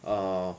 orh